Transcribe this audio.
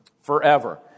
forever